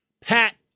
Pat